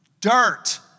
Dirt